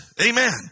Amen